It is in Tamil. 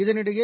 இதனிடையே